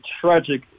tragic